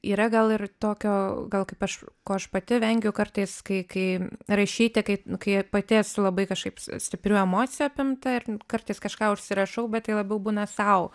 yra gal ir tokio gal kaip aš ko aš pati vengiu kartais kai kai rašyti kai kai pati esu labai kažkaip stiprių emocijų apimta ir kartais kažką užsirašau bet tai labiau būna sau